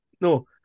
no